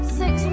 six